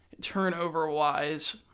turnover-wise